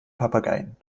papageien